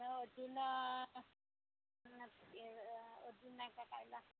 आणि अजून ए अजून नाही काय पाहिजे